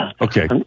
Okay